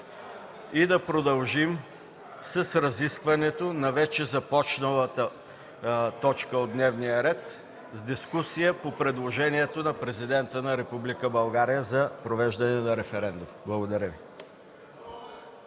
и да продължим с разискването на вече започналата точка от дневния ред – с дискусия по предложението на Президента на Република България за провеждане на референдум. Благодаря Ви.